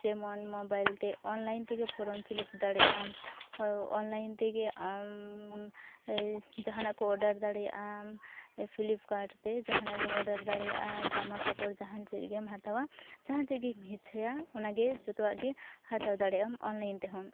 ᱡᱮᱢᱚᱱ ᱢᱚᱵᱟᱭᱤᱞᱛᱮ ᱚᱱᱞᱟᱭᱤᱱ ᱛᱮᱜᱮ ᱯᱷᱚᱨᱚᱢ ᱯᱷᱤᱞᱟᱯ ᱫᱟᱲᱮᱜᱼᱟᱢ ᱚᱱᱞᱟᱭᱤᱱ ᱛᱮᱜᱮ ᱟᱢ ᱡᱟᱦᱟᱱᱟᱜ ᱠᱚ ᱚᱰᱟᱨ ᱫᱟᱲᱮᱭᱟᱜᱼᱟᱢ ᱯᱷᱤᱞᱤᱯᱠᱟᱨᱰ ᱛᱮ ᱡᱟᱦᱟᱱᱟᱜ ᱜᱮᱢ ᱚᱰᱟᱨ ᱫᱟᱲᱮᱭᱟᱜᱼᱟ ᱡᱟᱢᱟ ᱠᱟᱯᱚᱲ ᱡᱟᱦᱟᱱ ᱪᱮᱫᱜᱮᱢ ᱦᱟᱛᱟᱣᱟ ᱡᱟᱦᱟᱱ ᱪᱮᱫᱜᱮᱢ ᱤᱪᱪᱷᱟᱹᱭᱟ ᱚᱱᱟᱜᱮ ᱡᱚᱛᱣᱟᱜ ᱜᱮ ᱦᱟᱛᱟᱣ ᱫᱟᱲᱮᱭᱟᱜᱼᱟᱢ ᱚᱱᱞᱟᱭᱤᱱᱛᱮ ᱦᱚᱸ